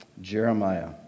Jeremiah